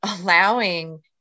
allowing